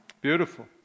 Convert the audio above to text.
beautiful